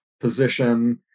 position